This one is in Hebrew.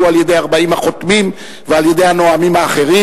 על-ידי 40 החותמים ועל-ידי הנואמים אחרים,